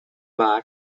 bar